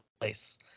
place